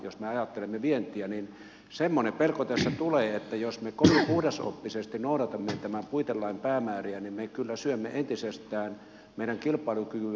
jos me ajattelemme vientiä niin semmoinen pelko tässä tulee että jos me kovin puhdasoppisesti noudatamme tämän puitelain päämääriä me kyllä syömme entisestään meidän kilpailukykyä